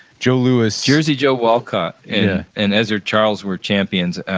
joe louis jersey joe walcott and ezzard charles were champions,